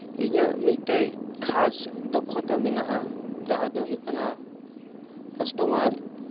ᱤᱧᱟᱹᱜ ᱢᱤᱫᱴᱮᱱ ᱠᱷᱟᱥ ᱫᱚᱠᱷᱚᱛᱟ ᱢᱮᱱᱟᱜᱼᱟ ᱡᱟᱦᱟᱸ ᱫᱚ ᱦᱩᱭᱩᱜ ᱠᱟᱱᱟ ᱠᱟᱥᱴᱚᱢᱟᱨ